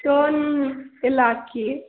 stone ಎಲ್ಲ ಹಾಕಿ